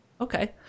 Okay